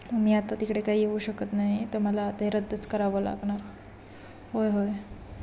मी आता तिकडे काही येऊ शकत नाही तर मला ते रद्दच करावं लागणार होय होय